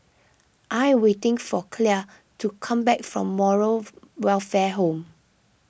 I am waiting for Clell to come back from Moral Welfare Home